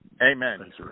Amen